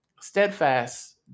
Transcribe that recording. steadfast